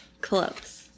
close